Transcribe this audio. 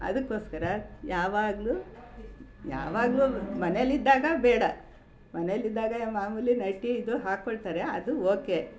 ಅದಕ್ಕೋಸ್ಕರ ಯಾವಾಗಲೂ ಯಾವಾಗಲೂ ಮನೇಲಿದ್ದಾಗ ಬೇಡ ಮನೇಲಿದ್ದಾಗ ಮಾಮೂಲಿ ನೈಟಿ ಇದು ಹಾಕೊಳ್ತಾರೆ ಅದು ಓಕೆ